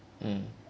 mm